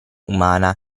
umana